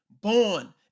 born